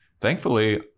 Thankfully